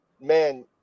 man